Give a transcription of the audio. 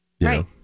Right